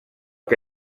que